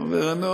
ולנוצרים,